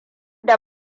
da